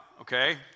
okay